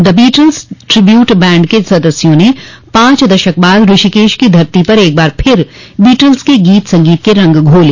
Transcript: the Beatles tribute band के सदस्यों ने पांच दशक बाद ऋषिकेश की धरती पर एक बार फिर बीटल्स के गीत संगीत के रंग घोले